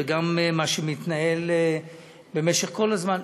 וגם מה שמתנהל במשך כל הזמן.